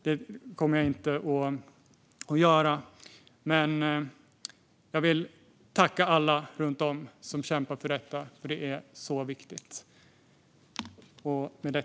Det kommer jag inte att göra, men jag vill tacka alla som kämpar för detta. Det är så viktigt.